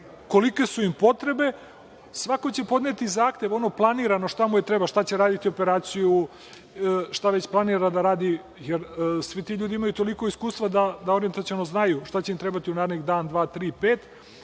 kolike su im potrebe. Svako će podneti zahtev, šta mu je planirano, šta mu treba, zavisno od toga šta će raditi, operaciju ili šta već planira da radi, jer, svi ti ljudi imaju toliko iskustva da orijentaciono znaju šta će im trebati u narednih dan, dva, tri, pet